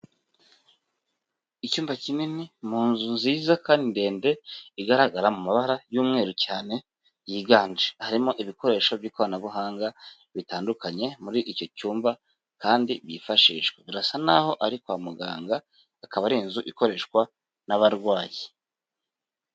Icyumba kinini, mu nzu nziza kandi ndende, igaragara mu mabara y'umweru cyane yiganje. Harimo ibikoresho by'ikoranabuhanga bitandukanye muri icyo cyumba kandi byifashishwa. Birasa n'aho ari kwa muganga, akaba ari inzu ikoreshwa n'abarwayi.